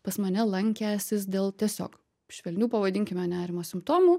pas mane lankęsis dėl tiesiog švelnių pavadinkime nerimo simptomų